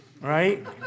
Right